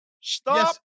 Stop